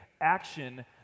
action